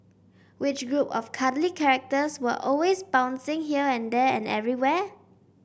which group of cuddly characters were always bouncing here and there and everywhere